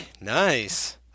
Nice